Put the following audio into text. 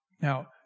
Now